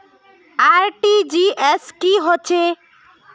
RTGS की होचए?